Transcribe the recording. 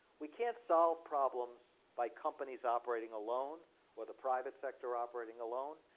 we can't solve problems by companies operating alone or the private sector operating alone.